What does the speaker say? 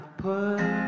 put